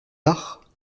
tard